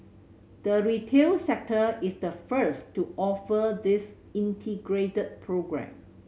the retail sector is the first to offer this integrated programme